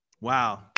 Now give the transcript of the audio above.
Wow